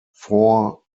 four